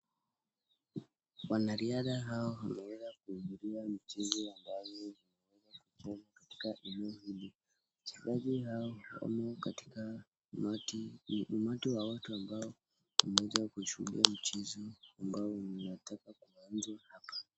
Wanariadha hawa wanaweza kukimbia kwa ajili ya eneo hili. Wachezaji hao wako katika umati mmoja ambao unashuhudia mchezo ambao unataka uanze hapa.